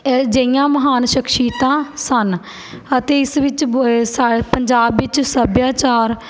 ਅਜਿਹੀਆਂ ਮਹਾਨ ਸ਼ਖਸ਼ੀਅਤਾਂ ਸਨ ਅਤੇ ਇਸ ਵਿੱਚ ਬਹੁ ਸਾ ਪੰਜਾਬ ਵਿੱਚ ਸੱਭਿਆਚਾਰ